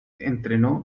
entrenó